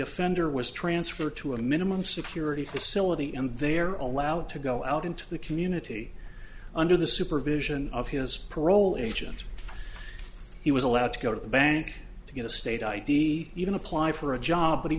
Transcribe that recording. offender was transferred to a minimum security facility and they're all out to go out into the community under the supervision of his parole agent he was allowed to go to the bank to get a state id even apply for a job but he